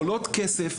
עולות כסף,